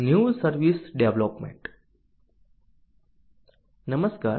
નમસ્કાર